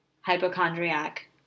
hypochondriac